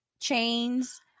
Chains